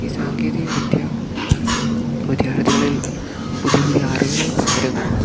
ഈ സാങ്കേതികവിദ്യ വിദ്യാർത്ഥികളിൽ പുതിയ പുതിയ അറിവുകൾ പകരുന്നു